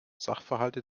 sachverhalte